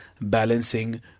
balancing